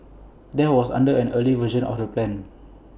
that was under an earlier version of the plan